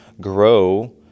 grow